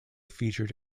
featured